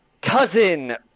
cousin